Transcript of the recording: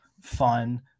fun